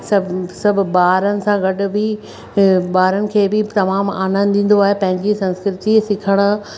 सभु सभु बारनि सां गॾ बि बारनि खे बि तमामु आनंद ईंदो आहे पंहिंजी संस्कृतीअ सिखण